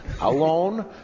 alone